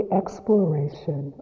exploration